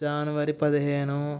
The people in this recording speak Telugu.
జనవరి పదిహేను